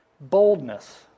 boldness